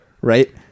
right